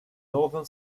northern